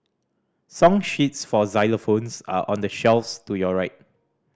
song sheets for xylophones are on the shelves to your right